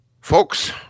Folks